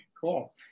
cool